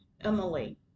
Emily